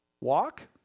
Walk